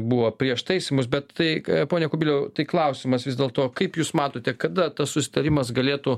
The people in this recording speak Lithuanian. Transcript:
buvo prieš taisymus bet tai pone kubiliau tai klausimas vis dėl to kaip jūs matote kada tas susitarimas galėtų